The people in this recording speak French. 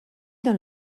dans